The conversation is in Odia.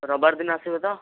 ରବିବାର ଦିନ ଆସିବେ ତ